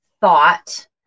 thought